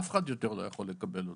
אף אחד לא יכול יותר לקבל אותו.